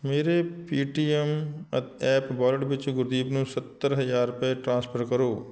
ਮੇਰੇ ਪੇਟੀਐੱਮ ਐ app wallet ਵਿੱਚੋ ਗੁਰਦੀਪ ਨੂੰ ਸੱਤਰ ਹਜ਼ਾਰ ਰੁਪਏ ਟ੍ਰਾਂਸਫਰ ਕਰੋ